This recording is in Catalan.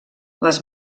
les